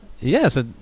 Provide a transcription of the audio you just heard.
Yes